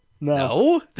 no